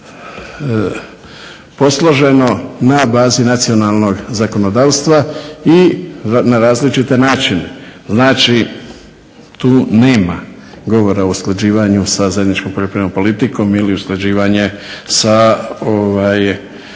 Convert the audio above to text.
posloženo na bazi nacionalnog zakonodavstva i na različite načine. Znači tu nema govora o usklađivanju sa zajedničkom poljoprivrednom politikom ili usklađivanje sa